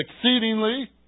exceedingly